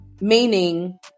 meaning